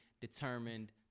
determined